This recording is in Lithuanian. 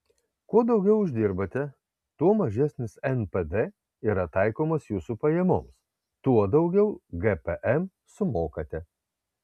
kuo daugiau uždirbate tuo mažesnis npd yra taikomas jūsų pajamoms tuo daugiau gpm sumokate